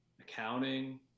accounting